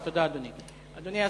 תודה, אדוני.